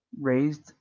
Raised